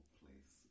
place